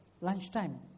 lunchtime